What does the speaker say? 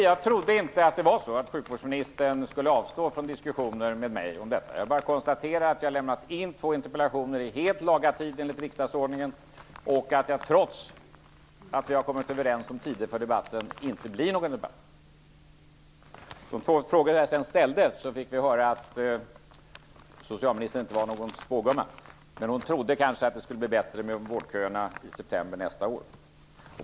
Fru talman! Nej, jag trodde inte att sjukvårdsministern skulle avstå från diskussioner med mig om detta. Jag konstaterar bara att jag lämnat in två interpellationer i helt laga tid enligt riksdagsordningen och att det inte blir någon debatt, trots att vi kommit överens om tid för debatten. Som svar på de två frågor jag ställde fick vi höra att socialminstern inte var någon spågumma men att hon trodde att det kanske skulle bli bättre med vårdköerna i september nästa år.